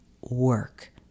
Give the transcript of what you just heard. work